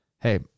hey